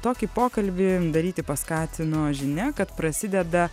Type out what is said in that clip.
tokį pokalbį daryti paskatino žinia kad prasideda